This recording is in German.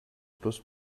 plus